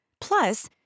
Plus